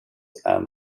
and